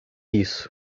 isso